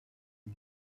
you